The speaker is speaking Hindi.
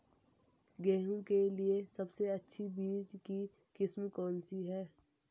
गेहूँ के लिए सबसे अच्छी बीज की किस्म कौनसी है?